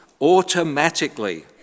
automatically